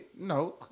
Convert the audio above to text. No